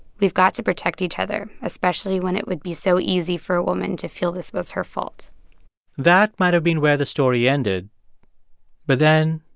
we've got to protect each other, especially when it would be so easy for a woman to feel this was her fault that might have been where the story ended but then,